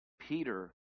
Peter